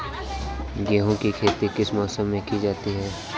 गेहूँ की खेती किस मौसम में की जाती है?